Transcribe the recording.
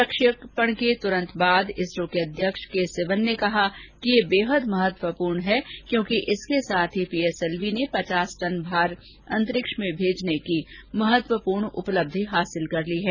प्रक्षेपण के तुरन्त बाद इसरो के अध्यक्ष के सिवन ने कहा कि यह बेहद महत्वपूर्ण है क्योंकि इसके साथ ही पीएसएलवी ने पचास टन भार अंतरिक्ष में भेजने की महत्वपूर्ण उपलब्धि हासिल कर ली है